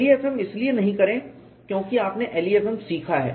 LEFM इसलिए नहीं करें क्योंकि आपने LEFM सीखा है